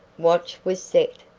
watch was set,